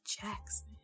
Jackson